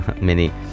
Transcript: mini